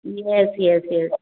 yes yes yes